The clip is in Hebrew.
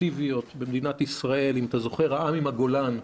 והאפקטיביות במדינת ישראל, "העם עם הגולן".